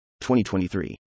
2023